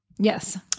Yes